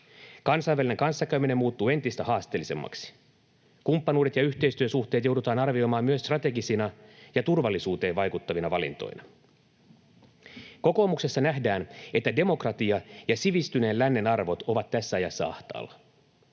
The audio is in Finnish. Kansainvälinen kanssakäyminen muuttuu entistä haasteellisemmaksi. Kumppanuudet ja yhteistyösuhteet joudutaan arvioimaan myös strategisina ja turvallisuuteen vaikuttavina valintoina. Kokoomuksessa nähdään, että demokratia ja sivistyneen lännen arvot ovat tässä ajassa ahtaalla.